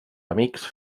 amics